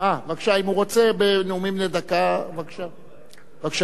אם הוא רוצה בנאומים בני דקה, בבקשה.